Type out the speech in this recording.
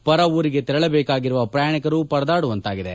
ಪರ ಊರಿಗೆ ತೆರಳಬೇಕಾಗಿರುವ ಪ್ರಯಾಣಿಕರು ಪರದಾಡುವಂತಾಗಿದೆ